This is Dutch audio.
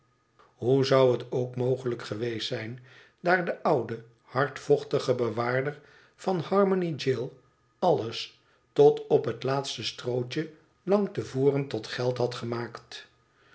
hoe zou het ook mogelijk geweest zijn daar de oude hardvochtige bewaarder van harmony jail tot op het laatste strootje lang te voren tot geld had gemaakt